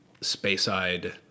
space-eyed